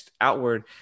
outward